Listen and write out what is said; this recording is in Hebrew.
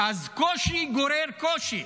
אז קושי גורר קושי,